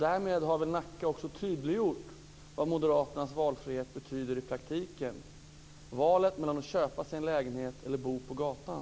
Därmed har Nacka kommun också tydliggjort vad moderaternas valfrihet betyder i praktiken: Valet mellan att köpa sig en lägenhet eller att bo på gatan.